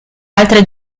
altre